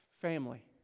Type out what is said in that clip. Family